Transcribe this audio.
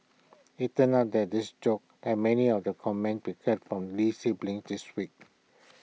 IT turns out that this joke like many of the comments we heard from lee siblings this week